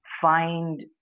find